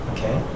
Okay